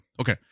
Okay